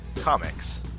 Comics